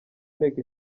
nteko